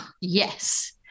yes